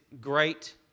great